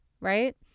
right